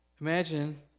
Imagine